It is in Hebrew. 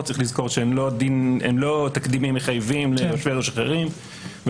צריך לזכור שהם לא תקדימים מחייבים ליושבי-ראש אחרים,